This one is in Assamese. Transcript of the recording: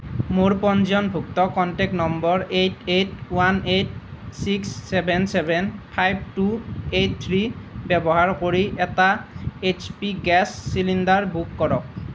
মোৰ পঞ্জীয়নভুক্ত contact number eight eight one eight six seven seven five two eight three ব্যৱহাৰ কৰি এটা এইচপি গেছ চিলিণ্ডাৰ বুক কৰক